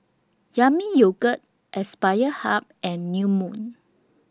Yami Yogurt Aspire Hub and New Moon